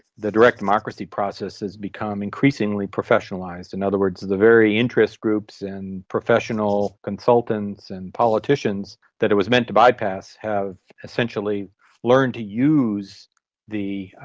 the direct democracy process has become increasingly professionalised. in and other words, the very interest groups and professional consultants and politicians that it was meant to bypass have essentially learned to use the,